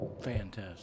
fantastic